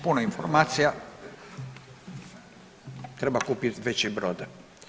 Puno informacija, treba kupit veći brod.